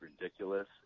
ridiculous